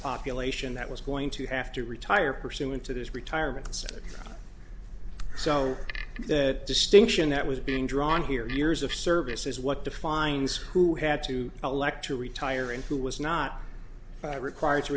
population that was going to have to retire pursuant to this retirement so that distinction that was being drawn here years of service is what defines who had to elect to retire and who was not required to